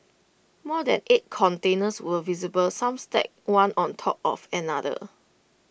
more than eight containers were visible some stacked one on top of another